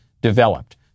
developed